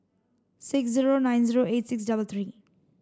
six zero nine zero eight six double three